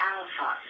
Alpha